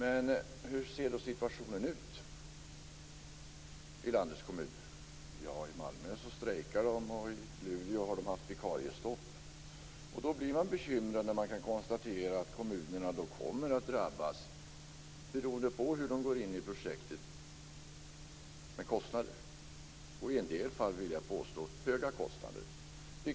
Men hur ser situationen ut i landets kommuner? I Malmö strejkar man och i Luleå har det varit vikariestopp. Man blir bekymrad när man kan konstatera att kommunerna kommer att drabbas beroende på hur de går in i projektet med kostnader. I en del fall är det höga kostnader.